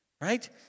right